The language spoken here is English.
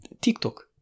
TikTok